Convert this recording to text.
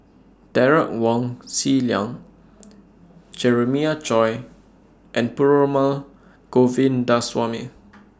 Derek Wong Zi Liang Jeremiah Choy and Perumal Govindaswamy